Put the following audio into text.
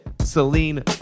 Celine